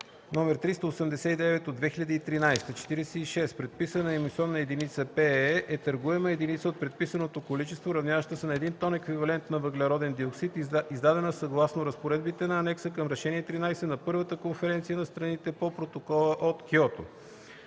№ 389/2013. 46. „Предписана емисионна единица (ПЕЕ)” е търгуема единица от „предписаното количество”, равняваща се на един тон еквивалент на въглероден диоксид, издадена съгласно разпоредбите на Анекса към решение 13 на първата конференция на страните по Протокола от Киото.